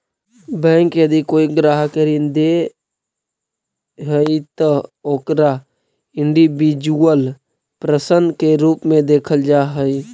bank यदि कोई ग्राहक के ऋण दे हइ त ओकरा इंडिविजुअल पर्सन के रूप में देखल जा हइ